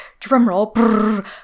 drumroll